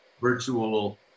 virtual